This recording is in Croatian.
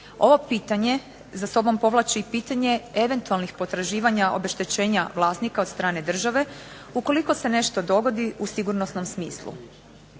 Ovo pitanje za sobom povlači i pitanje eventualnih potraživanja obeštećenja vlasnika od strane države, ukoliko se nešto dogodi u sigurnosnom smislu.